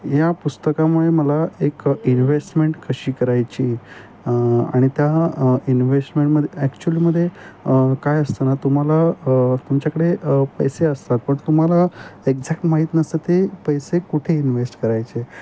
या पुस्तकामुळे मला एक इन्व्हेस्टमेंट कशी करायची आणि त्या इन्व्हेस्टमेंटमध्ये ॲक्च्युअलीमधे काय असतं ना तुम्हाला तुमच्याकडे पैसे असतात पण तुम्हाला एक्झॅक्ट माहीत नसतं ते पैसे कुठे इन्व्हेस्ट करायचे